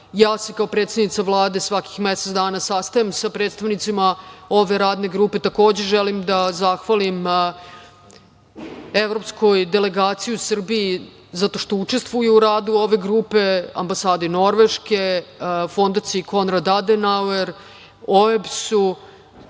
se kao predsednica Vlade svakih mesec dana sastajem sa predstavnicima ove radne grupe. Takođe želim da zahvalim evropskoj delegaciji u Srbiji zato što učestvuje u radu ove grupe, ambasadi Norveške, Fondaciji „Konrad-Adenauer“, OEBS-u.